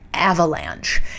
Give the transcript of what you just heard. avalanche